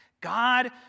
God